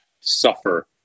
suffer